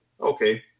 Okay